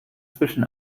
zwischen